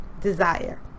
desire